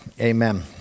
Amen